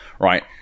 Right